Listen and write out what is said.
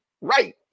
right